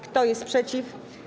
Kto jest przeciw?